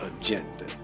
agenda